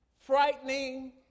frightening